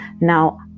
now